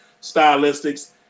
Stylistics